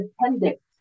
appendix